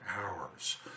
hours